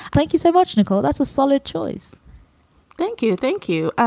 thank you so much, nicole. that's a solid choice thank you. thank you.